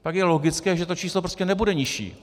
Pak je logické, že to číslo prostě nebude nižší.